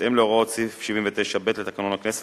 בהתאם להוראות סעיף 79(ב) לתקנון הכנסת,